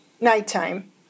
nighttime